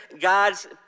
God's